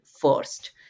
first